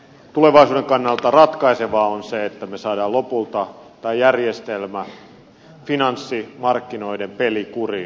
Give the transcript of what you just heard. tulevaisuuden kannalta ratkaisevaa on se että me saamme lopulta tämän järjestelmän finanssimarkkinoiden pelin kuriin